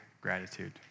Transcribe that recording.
gratitude